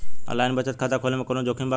Online बचत खाता खोले में कवनो जोखिम बा का?